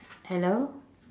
hello